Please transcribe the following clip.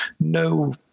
no